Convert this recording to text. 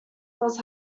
was